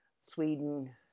Sweden